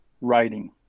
writing